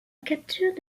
capture